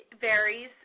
varies